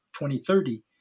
2030